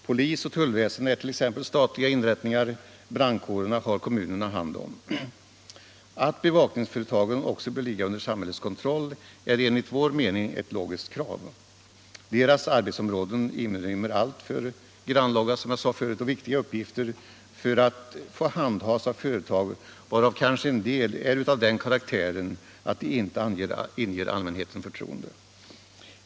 Polisoch tullväsende är t.ex. statliga inrättningar, brandkårerna har kommunerna hand om. Att bevakningsföretagen också bör ligga under samhällets kontroll är enligt vår mening ett logiskt krav. Deras arbetsområden inrymmer, som jag sade förut, alltför grannlaga och viktiga uppgifter för att få handhas av företag varav kanske en del är av den karaktären att de inte inger allmänheten förtroende.